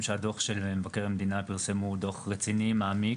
שדוח מבקר המדינה הוא דוח רציני ומעמיק.